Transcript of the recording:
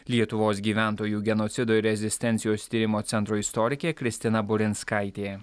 lietuvos gyventojų genocido ir rezistencijos tyrimo centro istorikė kristina burinskaitė